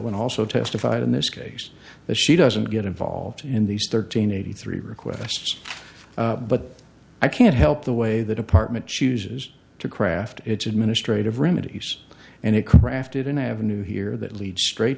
and also testified in this case that she doesn't get involved in these thirteen eighty three requests but i can't help the way the department chooses to craft its administrative remedies and it crafted an avenue here that leads straight